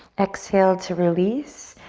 exhale to release,